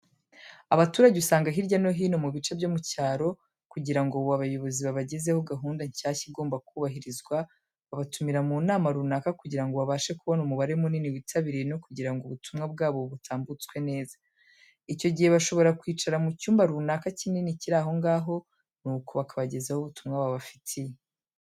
Abaturage usanga hirya no hino mu bice byo mu cyaro, kugira ngo abayobozi babagezeho gahunda nshyashya igomba kubahirizwa babatumira mu nama runaka kugira ngo babashe kubona umubare munini witabiriye no kugira ngo ubutumwa bwabo butambutswe neza. Icyo gihe bashobora kwicara mu cyumba runaka kinini kiri aho ngaho nuko bakabagezaho ubutumwa babafitiye.